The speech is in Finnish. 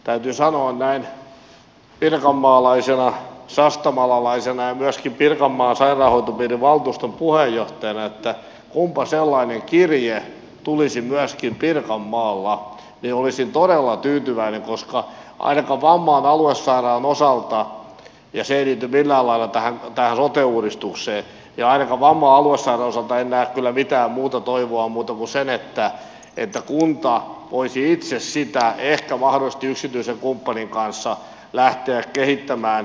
täytyy sanoa näin pirkanmaalaisena sastamalalaisena ja myöskin pirkanmaan sairaanhoitopiirin valtuuston puheenjohtajana että kunpa sellainen kirje tulisi myöskin pirkanmaalle niin olisin todella tyytyväinen koska ainakaan vammalan aluesairaalan osalta ja se ei liity millään lailla tähän sote uudistukseen en näe kyllä mitään muuta toivoa kuin sen että kunta voisi itse sitä ehkä mahdollisesti yksityisen kumppanin kanssa lähteä kehittämään